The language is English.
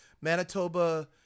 Manitoba